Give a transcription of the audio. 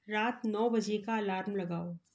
रात नौ बजे का अलार्म लगाओ